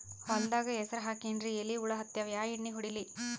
ಹೊಲದಾಗ ಹೆಸರ ಹಾಕಿನ್ರಿ, ಎಲಿ ಹುಳ ಹತ್ಯಾವ, ಯಾ ಎಣ್ಣೀ ಹೊಡಿಲಿ?